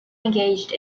engaged